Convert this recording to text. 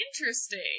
Interesting